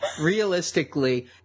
Realistically